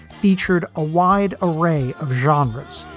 featured a wide array of genres,